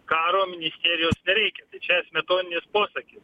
karo ministerijos nereikia čia smetoninis posakis